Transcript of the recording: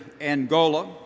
Angola